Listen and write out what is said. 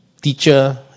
teacher